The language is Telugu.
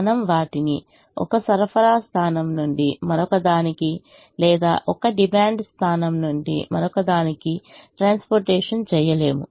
మనము వాటిని ఒక సరఫరా స్థానం నుండి మరొకదానికి లేదా ఒక డిమాండ్ స్థానం నుండి మరొకదానికి ట్రాన్స్పోర్టేషన్ చేయలేము